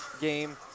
game